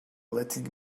letting